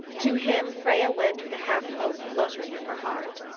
to him freya went with a half hope fluttering in her heart.